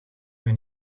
mij